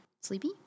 Sleepy